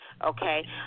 okay